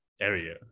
area